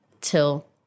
till